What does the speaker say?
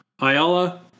Ayala